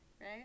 Right